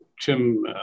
Tim